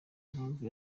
impamvu